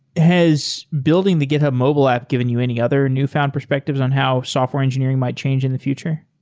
has building the github mobile app given you any other newfound perspectives on how software engineering might change in the future?